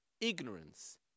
ignorance